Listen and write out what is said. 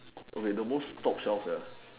okay the most top shelf ya